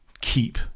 Keep